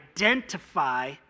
identify